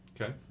Okay